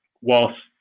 whilst